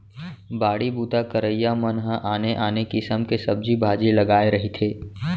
बाड़ी बूता करइया मन ह आने आने किसम के सब्जी भाजी लगाए रहिथे